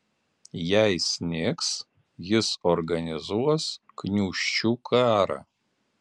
jei snigs jis organizuos gniūžčių karą